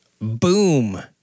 Boom